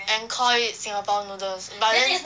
and call it singapore noodles but then